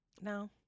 No